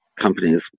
companies